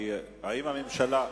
האם הממשלה,